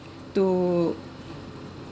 to